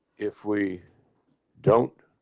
if we don't